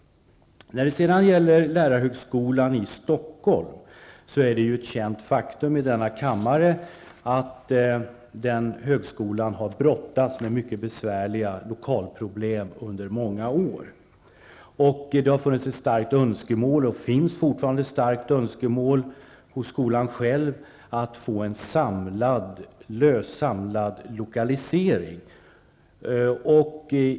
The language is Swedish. När det sedan gäller lärarhögskolan i Stockholm är det ju ett känt faktum i denna kammare att den högskolan har brottats med mycket besvärliga lokalproblem under många år. Det har funnits och finns fortfarande ett starkt önskemål hos skolan själv att få en samlad lokalisering.